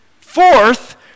fourth